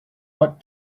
what